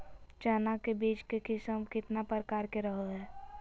चना के बीज के किस्म कितना प्रकार के रहो हय?